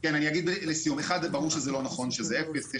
אני אגיד לסיום, א', ברור שזה לא נכון שזה אפס.